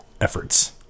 efforts